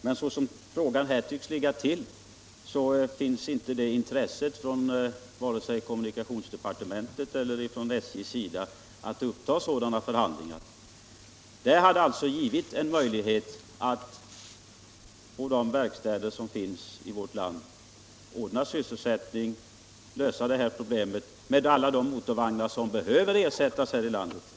Men så som frågan nu tycks ligga till, finns det inte intresse hos vare sig kommunikationsdepartementet eller SJ att uppta sådana förhandlingar. Det hade alltså gjort det möjligt att ordna sysselsättning på de verkstäder som finns i vårt land och samtidigt lösa problemet med att ersätta alla de motorvagnar som behövs här i landet.